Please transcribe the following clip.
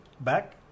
back